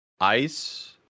ice